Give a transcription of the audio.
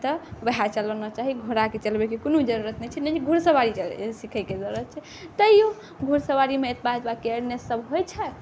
तऽ वएह चलाना चाही घोड़ाके चलबैके कोनो जरूरत नहि छै नहि घोड़सवारी सिखैके जरूरति छै तैओ घोड़सवारीमे एतबा एतबा केयरसब होइ छै